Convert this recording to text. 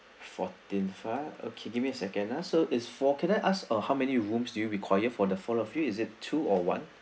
fourteen five okay give me a second uh is four can I ask err how many rooms do you require for the four of you is it two or one